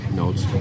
notes